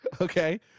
Okay